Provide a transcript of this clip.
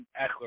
Eckler